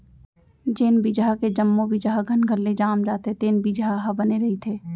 जेन बिजहा के जम्मो बीजा ह घनघन ले जाम जाथे तेन बिजहा ह बने रहिथे